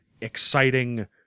exciting